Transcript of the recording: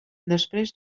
després